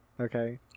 Okay